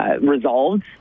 Resolved